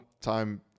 time